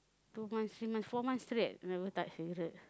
two months three months four months straight never touch cigarette